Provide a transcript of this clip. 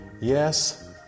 Yes